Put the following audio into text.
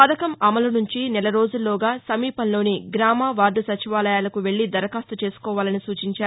పథకం అమలు నుంచి నెల రోజుల్లోగా సమీపంలోని గ్రామ వార్దు సచివాలయాలకు వెల్లి దరఖాస్తు చేసుకోవాలని సూచించారు